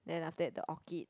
then after that the orchid